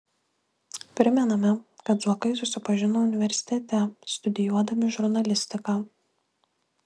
primename kad zuokai susipažino universitete studijuodami žurnalistiką